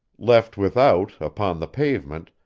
left without upon the pavement,